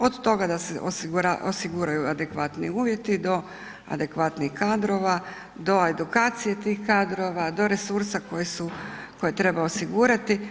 Od toga da se osiguraju adekvatni uvjeti do adekvatnih kadrova, do edukacije tih kadrova, do resursa koje treba osigurati.